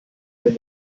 wenn